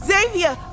Xavier